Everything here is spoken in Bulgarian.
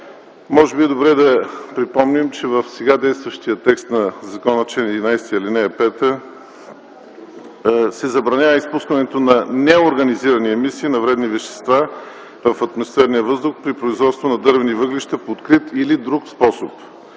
Може би е добре да припомним, че в сега действащия текст на закона – чл. 11, ал. 5, се забранява изпускането на неорганизирани емисии на вредни вещества в атмосферния въздух при производство на дървени въглища по открит или друг способ.